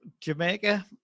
Jamaica